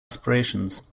aspirations